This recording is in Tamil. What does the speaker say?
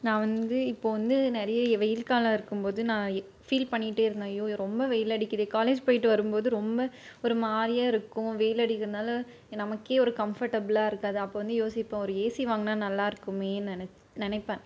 நான் வந்து இப்போது வந்து நிறைய வெயில் காலம் இருக்கும்போது நான் ஃபீல் பண்ணிகிட்டே இருந்தேன் அய்யயோ ரொம்ப வெயில் அடிக்குதே காலேஜ் போயிட்டு வரும்போது ரொம்ப ஒரு மாதிரியா இருக்கும் வெயில் அடிக்கிறனால் நமக்கே ஒரு கம்ஃபர்டபுளாக இருக்காது அப்போது வந்து யோசிப்பேன் ஒரு ஏசி வாங்கினா நல்லா இருக்குமேன்னு நென நினப்பேன்